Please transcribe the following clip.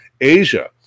Asia